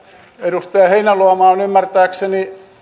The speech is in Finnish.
edustaja heinäluoma on ymmärtääkseni